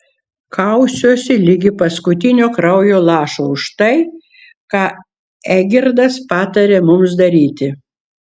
kausiuosi ligi paskutinio kraujo lašo už tai ką eigirdas patarė mums daryti